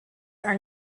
are